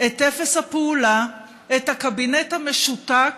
את אפס הפעולה, את הקבינט המשותק,